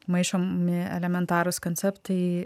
maišomi elementarūs konceptai